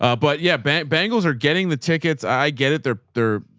ah but yeah, bangles are getting the tickets. i get it. they're they're,